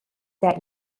that